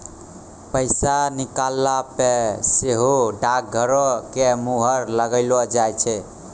पैसा निकालला पे सेहो डाकघरो के मुहर लगैलो जाय छै